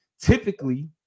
typically